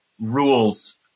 rules